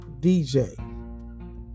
DJ